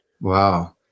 Wow